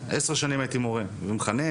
עשר שנים הייתי מורה ומחנך.